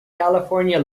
california